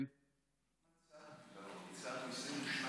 אם יותר לי רק להגיב, מצאתי פתרון.